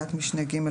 בתקנת משנה (ג),